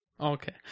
Okay